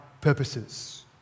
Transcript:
purposes